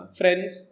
friends